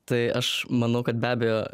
tai aš manau kad be abejo